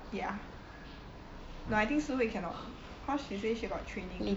ya no I think si hui cannot cause she say she got training